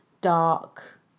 dark